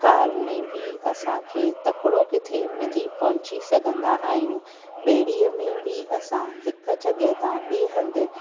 car में बि असांखे तकिड़ो किथे मिली पहुची सघंदा आहियूं ॿेड़ीअ में बि असां हिकु जॻहि ॿे हंधि